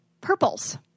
Purples